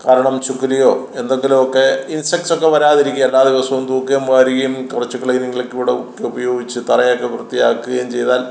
കാരണം ചുക്കിലിയോ എന്തെങ്കിലുമൊക്കെ ഇൻസെക്ടസൊക്കെ വരാതിരിക്കും എല്ലാ ദിവസവും തൂക്കുകയും വാരുകയും കുറച്ച് ക്ലീനിങ്ങ് ലിക്വിഡ് ഒക്കെ ഉപയോഗിച്ച് തറയൊക്കെ വൃത്തിയാക്കുകയും ചെയ്താൽ